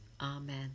Amen